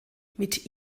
mit